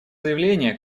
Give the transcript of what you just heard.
заявление